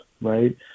right